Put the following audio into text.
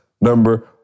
number